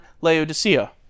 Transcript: Laodicea